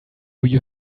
you